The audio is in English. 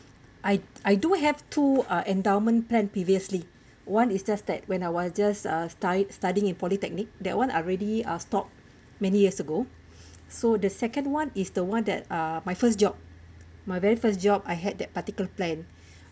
I I do have two uh endowment plan previously one is just that when I was just uh study studying in polytechnic that [one] I already uh stop many years ago so the second [one] is the one that uh my first job my very first job I had that particular plan